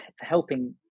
helping